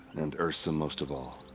and ersa most of all.